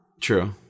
True